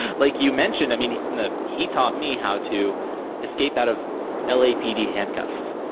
like you mentioned, i mean the he taught me how to escape out of lapd handcuffs.